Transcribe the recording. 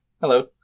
hello